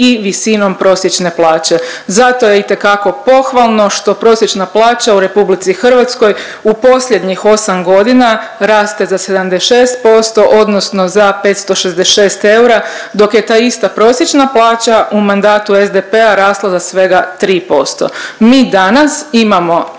i visinom prosječne plaće. Zato je itekako pohvalno što prosječna plaća u RH u posljednjih osam godina raste za 76% odnosno za 566 eura, dok je ta ista prosječna plaća u mandatu SDP-a rasla za svega 3%.